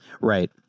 Right